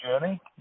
journey